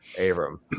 Abram